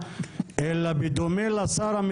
זה שונה מאשר אם